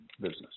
Business